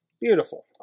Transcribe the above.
Beautiful